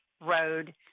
Road